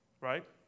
Right